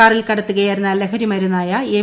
കാറിൽ കടത്തുകയായിരുന്ന ലഹരി മരുന്നായ എം